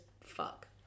fuck